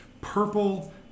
purple